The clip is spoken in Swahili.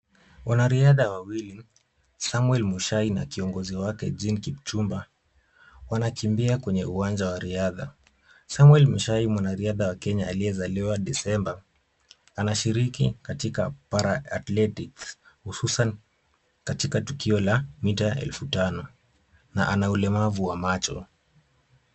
Wanariadha wawili, Samuel Mushai na kiongozi wake Jean Kipchumba wanakimbia kwenye uwanja wa riadha. Samuel Mushai mwanariadha wa Kenya aliyezaliwa disemba anashiriki katika Para-athletics hususan katika tukio la mita elfu tano na ana ulemavu wa macho.